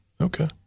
okay